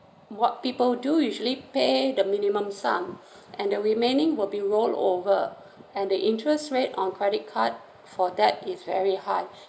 what people do usually pay the minimum sum and the remaining will be rolled over and the interest rate on credit card for that is very high